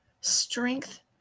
strength